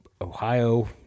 Ohio